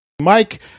Mike